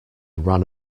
ran